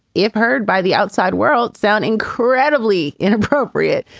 if heard by the outside world, sound incredibly inappropriate.